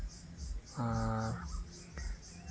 ᱟᱨ